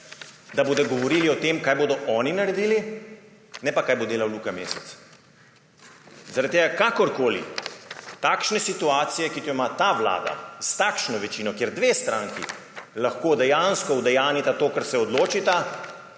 da bodo govorili o tem, kaj bodo oni naredili, ne pa, kaj bo delal Luka Mesec. Kakorkoli, takšne situacije, kot jo ima ta vlada s takšno večino, kjer dve stranki lahko dejansko udejanjita to, kar se odločita,